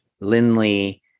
Lindley